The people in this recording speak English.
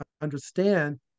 understand